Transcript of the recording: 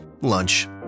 lunch